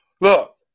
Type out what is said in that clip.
Look